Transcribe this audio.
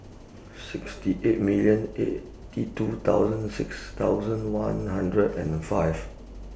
sixty eight million eighty two thousand six thousand one hundred and five